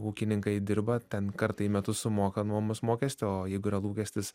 ūkininkai dirba ten kartą į metus sumoka nuomos mokestį o jeigu yra lūkestis